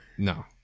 No